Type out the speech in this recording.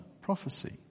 prophecy